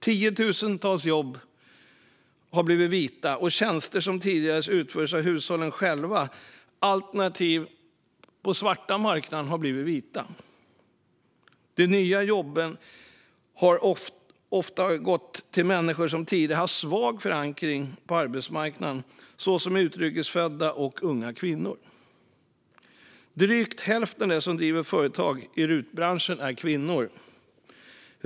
Tiotusentals jobb har blivit vita, och tjänster som tidigare utfördes av hushållen själva alternativt på den svarta marknaden har blivit vita. De nya jobben har ofta gått till människor som tidigare har haft en svag förankring på arbetsmarknaden, såsom utrikes födda och unga kvinnor. Drygt hälften av dem som driver företag i rutbranschen är kvinnor.